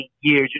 years